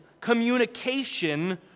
communication